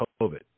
COVID